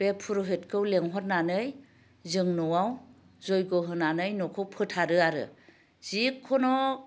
बे फुर'हितखौ लिंहरनानै जों न'आव जयग' होनानै न'खौ फोथारो आरो जिखुनु